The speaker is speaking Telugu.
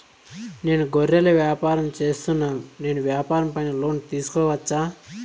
నేను గొర్రెలు వ్యాపారం సేస్తున్నాను, నేను వ్యాపారం పైన లోను తీసుకోవచ్చా?